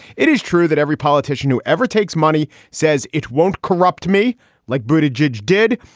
it is true that every politician who ever takes money says it won't corrupt me like bruited jej did,